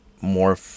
more